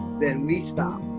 then we stop.